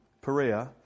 Perea